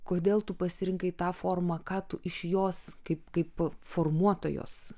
kodėl tu pasirinkai tą formą ką tu iš jos kaip kaip formuotojos